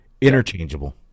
interchangeable